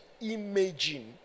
imaging